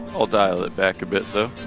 i'll dial it back a bit though.